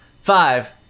five